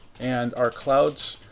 and our clouds?